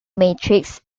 matrix